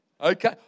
Okay